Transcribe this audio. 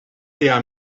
der